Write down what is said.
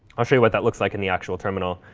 i'll show you what that looks like in the actual terminal.